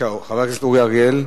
חבר הכנסת אורי אריאל,